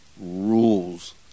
rules